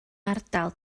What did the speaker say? ardal